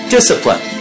Discipline